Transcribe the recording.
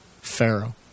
Pharaoh